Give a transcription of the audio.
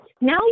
now